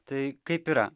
taip kaip yra